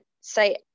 say